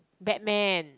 batman